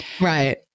Right